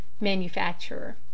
manufacturer